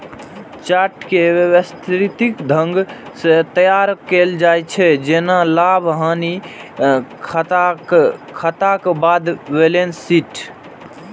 chart कें व्यवस्थित ढंग सं तैयार कैल जाइ छै, जेना लाभ, हानिक खाताक बाद बैलेंस शीट